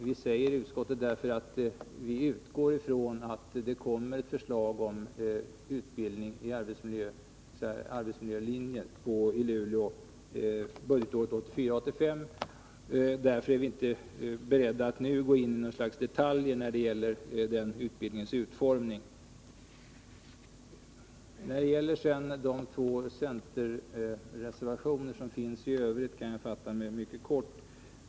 Vi utgår nämligen från att det kommer ett förslag om utbildning inom arbetsmiljöområdet i Luleå för budgetåret 1984/85. Därför är vi inte beredda att nu gå in i detaljer när det gäller den utbildningens utformning. Beträffande de två centerreservationer som finns i övrigt kan jag fatta mig mycket kort.